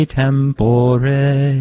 tempore